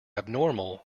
abnormal